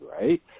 right